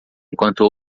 enquanto